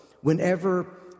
whenever